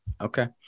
Okay